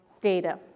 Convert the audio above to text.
data